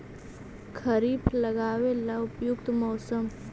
खरिफ लगाबे ला उपयुकत मौसम?